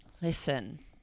listen